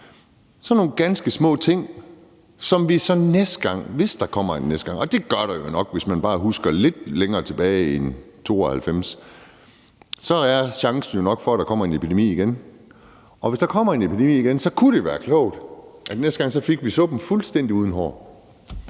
sådan nogle ganske små ting, som vi så ved næste gang, hvis der kommer en næste gang, og det gør der jo nok, hvis man bare husker lidt længere tilbage end 1992. Så der er nok en chance for, at der kommer en epidemi igen, og hvis der kommer en epidemi igen, kunne det være klogt, at vi næste gang fik suppen fuldstændig uden hår.